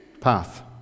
path